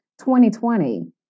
2020